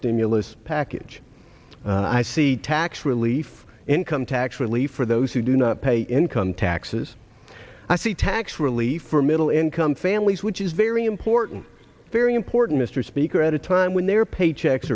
stimulus package i see tax relief income tax relief for those who do not pay income taxes i see tax relief for middle income families which is very important very important mr speaker at a time when their paychecks